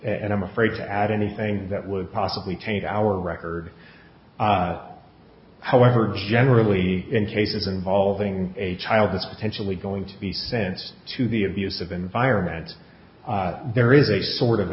and i'm afraid to add anything that would possibly taint our record however generally in cases involving a child that's potentially going to be sent to the abusive environment there is a sort of